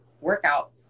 workout